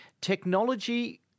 technology